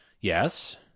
Yes